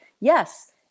Yes